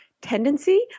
tendency